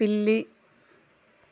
పిల్లి